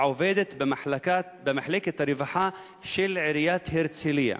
העובדת במחלקת הרווחה של עיריית הרצלייה.